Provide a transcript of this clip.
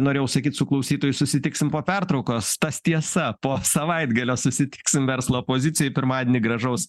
norėjau sakyt su klausytojais susitiksim po pertraukos tas tiesa po savaitgalio susitiksim verslo pozicijoj pirmadienį gražaus